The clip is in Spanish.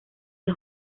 los